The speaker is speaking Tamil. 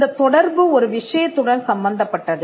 இந்தத் தொடர்பு ஒரு விஷயத்துடன் சம்பந்தப்பட்டது